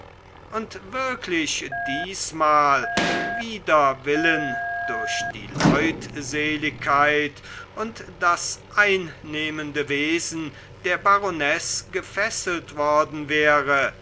und wirklich diesmal wider willen durch die leutseligkeit und das einnehmende wesen der baronesse gefesselt worden wäre